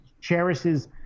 cherishes